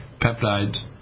peptides